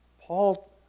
Paul